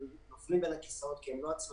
הם נופלים בין הכיסאות כי הם לא עצמאים